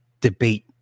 debate